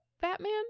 batman